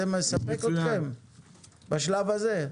זה מספק אתכם בשלב הזה?